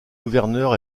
gouverneur